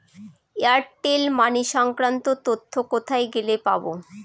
Airtel money সংক্রান্ত তথ্য কোথায় গেলে পাব?